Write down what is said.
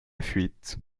fuite